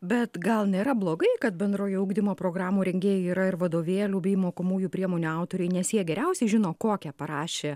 bet gal nėra blogai kad bendrojo ugdymo programų rengėjai yra ir vadovėlių bei mokomųjų priemonių autoriai nes jie geriausiai žino kokią parašė